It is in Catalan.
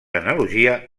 analogia